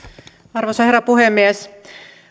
arvoisa herra puhemies